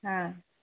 ಹಾಂ